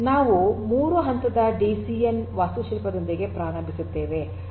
ನಾವು 3 ಹಂತದ ಡಿಸಿಎನ್ ವಾಸ್ತುಶಿಲ್ಪದೊಂದಿಗೆ ಪ್ರಾರಂಭಿಸುತ್ತೇವೆ